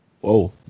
Whoa